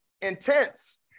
intense